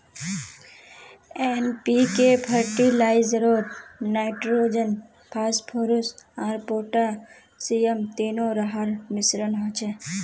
NPK फ़र्टिलाइज़रोत nitrogen, phosphorus आर potassium तीनो रहार मिश्रण होचे